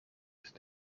ist